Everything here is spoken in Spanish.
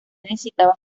necesitaba